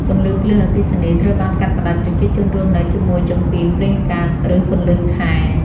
ពន្លឺភ្លើងអគ្គិសនីត្រូវបានកាត់ផ្តាច់ ប្រជាជនរស់នៅជាមួយចង្កៀងប្រេងកាត ឬពន្លឺខែ។